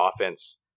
offense